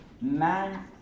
Man